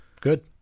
Good